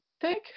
thank